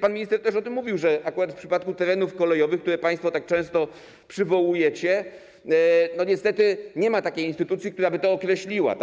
Pan minister też o tym mówił, że akurat w przypadku terenów kolejowych, które państwo tak często przywołujecie, niestety nie ma takiej instytucji, która by określiła,